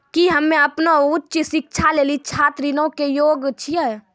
कि हम्मे अपनो उच्च शिक्षा लेली छात्र ऋणो के योग्य छियै?